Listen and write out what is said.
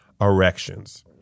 erections